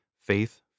faith